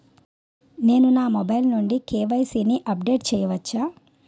నేను నా మొబైల్ నుండి కే.వై.సీ ని అప్డేట్ చేయవచ్చా?